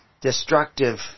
destructive